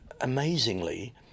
Amazingly